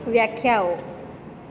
વ્યાખ્યાઓ